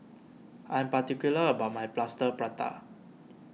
I am particular about my Plaster Prata